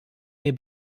mir